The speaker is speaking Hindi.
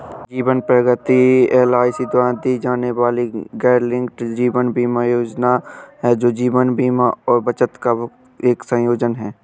जीवन प्रगति एल.आई.सी द्वारा दी जाने वाली गैरलिंक्ड जीवन बीमा योजना है, जो जीवन बीमा और बचत का एक संयोजन है